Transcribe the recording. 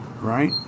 right